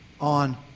on